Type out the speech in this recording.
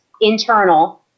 internal